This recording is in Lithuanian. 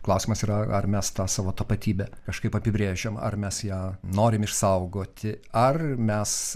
klausimas yra ar mes tą savo tapatybę kažkaip apibrėžiam ar mes ją norim išsaugoti ar mes